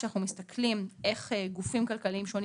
כשאנחנו מסתכלים איך גופים כלכליים שונים